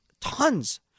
tons